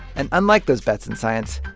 and unlike those bets in science,